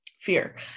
fear